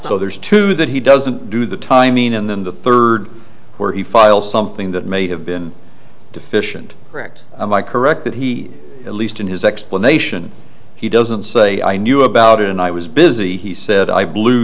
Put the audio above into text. so there's two that he doesn't do the timing and then the third where he files something that may have been deficient correct by correct that he at least in his explanation he doesn't say i knew about it and i was busy he said i blew